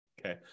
okay